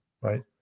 right